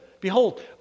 behold